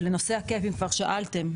ולנושא הקאפ אם כבר שאלתם,